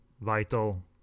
vital